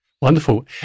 Wonderful